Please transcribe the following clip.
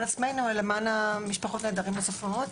עצמנו אלא למען משפחות נעדרים נוספות.